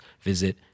visit